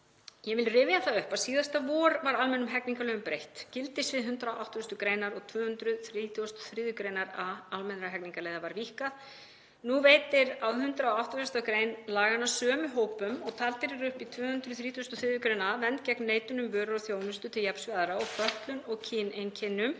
Ég vil rifja það upp að síðasta vor var almennum hegningarlögum breytt. Gildissvið 180. gr. og 233. gr. a almennra hegningarlaga var víkkað. Nú veitir 180. gr. laganna sömu hópum og taldir eru upp í 233. gr. a vernd gegn neitun um vörur og þjónustu til jafns við aðra og fötlun og kyneinkennum